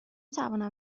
توانم